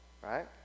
right